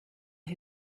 who